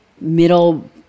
middle